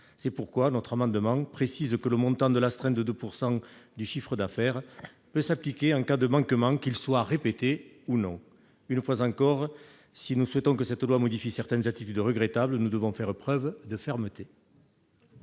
C'est pourquoi notre amendement tend à préciser que le montant de l'astreinte de 2 % du chiffre d'affaires peut s'appliquer en cas de manquement, qu'il soit répété ou non. Une fois encore, si nous souhaitons que cette loi permette de modifier certaines attitudes regrettables, nous devons faire preuve de fermeté.